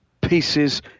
pieces